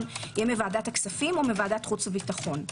יהיה מוועדת הכספים או מוועדת החוץ והביטחון.